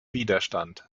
widerstand